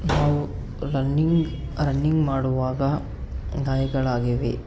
ನಾವು running running ಮಾಡುವಾಗ ಗಾಯಗಳಾಗಿವೆ